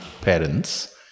parents